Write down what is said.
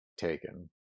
taken